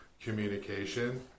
communication